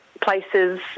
places